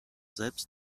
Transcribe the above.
selbst